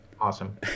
awesome